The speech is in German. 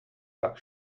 sack